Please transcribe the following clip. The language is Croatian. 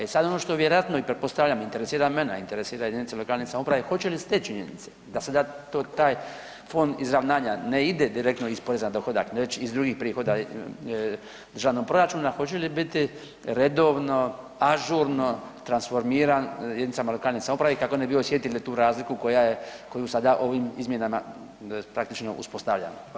E sada ono što vjerojatno, i pretpostavljam, interesira mene, a interesira jedinice lokalne samouprave hoće li se te činjenice, da sada to, taj fond izravnanja ne ide direktno iz poreza na dohodak već iz drugih prihoda državnog proračuna, hoće li biti redovno, ažurno transformiran jedinicama lokalne samouprave kako ne bi osjetile tu razliku koja je, koju sada ovim izmjenama praktično uspostavljamo?